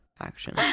action